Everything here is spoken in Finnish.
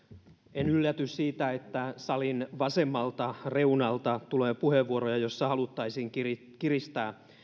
en ylläty siitä että salin vasemmalta reunalta tulee puheenvuoroja joissa haluttaisiin kiristää kiristää